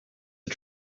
are